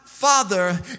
father